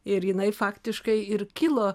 ir jinai faktiškai ir kilo